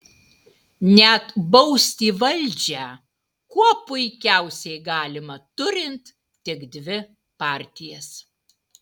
net bausti valdžią kuo puikiausiai galima turint tik dvi partijas